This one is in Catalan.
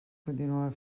continuar